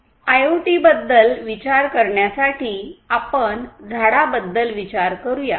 आयओटीबद्दल विचार करण्यासाठी आपण झाडा बद्दल विचार करूया